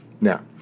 Now